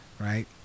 Right